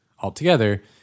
altogether